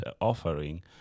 offering